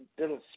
little